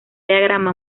diagrama